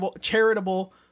charitable